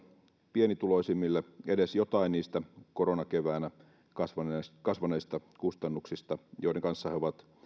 pienituloisimmille edes jotain niistä koronakeväänä kasvaneista kasvaneista kustannuksista joiden kanssa he ovat